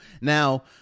Now